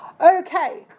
Okay